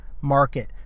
market